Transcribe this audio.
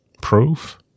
Proof